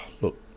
Look